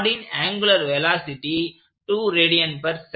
ராடின் angular velocity 2 rads